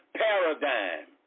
paradigm